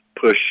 push